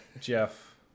Jeff